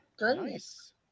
Nice